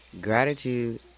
Gratitude